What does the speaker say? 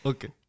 Okay